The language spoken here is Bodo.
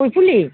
गय फुलि